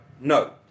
no